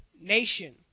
nation